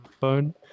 phone